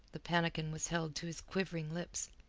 the pannikin was held to his quivering lips.